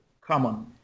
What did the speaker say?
common